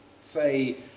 say